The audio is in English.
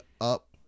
up